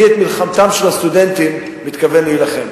אני את מלחמתם של הסטודנטים מתכוון להילחם.